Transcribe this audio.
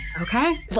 okay